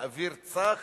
באוויר צח